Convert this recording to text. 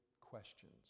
questions